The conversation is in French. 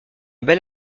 bel